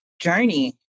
journey